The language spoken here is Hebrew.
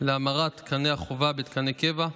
להמרת תקני החובה בתקני קבע,